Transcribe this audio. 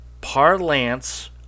parlance